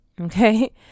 okay